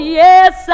yes